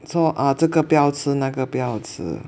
说啊这个不要吃那个不要吃